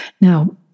Now